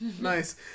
nice